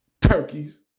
Turkeys